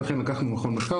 לכן לקחנו מכון מחקר,